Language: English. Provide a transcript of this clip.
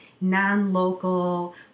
non-local